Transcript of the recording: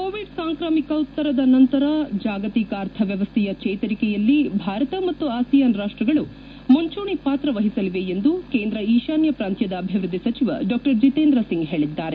Covid ಸಾಂಕ್ರಾಮಿಕೋತ್ತರದ ನಂತರ ಜಾಗತಿಕ ಅರ್ಥ ವ್ಣವಸ್ಥೆಯ ಚೇತರಿಕೆಯಲ್ಲಿ ಭಾರತ ಮತ್ತು ಆಸಿಯಾನ್ ರಾಪ್ಟಗಳು ಮುಂಚೂಣಿ ಪಾತ್ರ ವಹಿಸಲಿವೆ ಎಂದು ಕೇಂದ್ರ ಈಶಾನ್ತ ಪ್ರಾಂತ್ವದ ಅಭಿವೃದ್ದಿ ಸಚಿವ ಡಾ ಜಿತೇಂದ್ರ ಸಿಂಗ್ ಹೇಳಿದ್ದಾರೆ